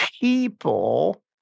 people